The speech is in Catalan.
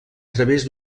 través